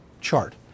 chart